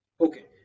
okay